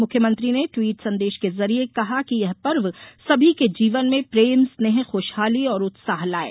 मुख्यमंत्री ने ट्वीट संदेश के जरिए कहा कि यह पर्व सभी के जीवन में प्रेम स्नेह खुशहाली और उत्साह लाये